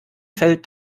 fällt